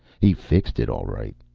he fixed it, all right.